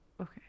Okay